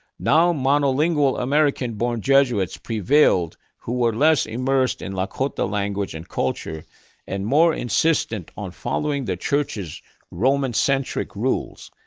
now, monolingual american-born jesuits prevailed, who were less immersed in lakota language and culture and more insistent on following the church's roman-centric rules.